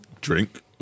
Drink